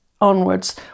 onwards